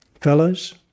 Fellows